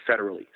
federally